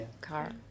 car